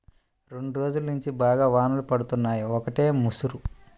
రెండ్రోజుల్నుంచి బాగా వానలు పడుతున్నయ్, ఒకటే ముసురు